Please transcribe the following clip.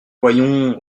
voyons